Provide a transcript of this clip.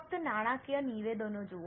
ફક્ત નાણાકીય નિવેદનો જુઓ